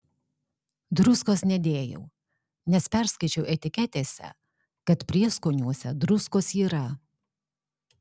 druskos nedėjau nes perskaičiau etiketėse kad prieskoniuose druskos yra